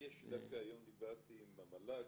דווקא היום דיברתי עם המל"ג.